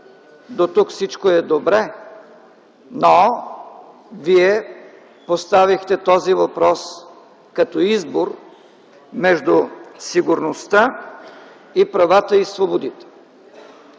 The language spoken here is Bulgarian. Дотук всичко е добре, но Вие поставихте този въпрос като избор между сигурността и правата и свободите.